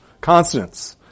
consonants